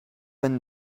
and